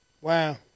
Wow